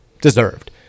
deserved